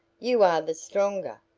you are the stronger,